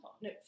No